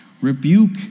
Rebuke